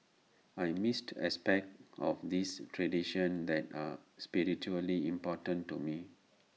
I missed aspects of these traditions that are spiritually important to me